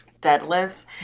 deadlifts